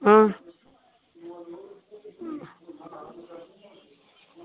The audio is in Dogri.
आं